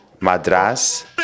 Madras